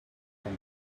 from